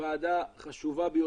ועדה חשובה ביותר.